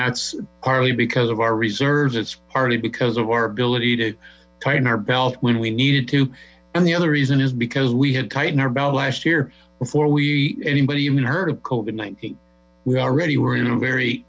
that's partly because of our reserves it's partly because of our ability to tighten our belt when we needed to and the other reason is because we had tightened our belt last year before we anybody even heard of colgan ninety we already were in a very